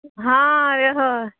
हँ रहै